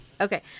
Okay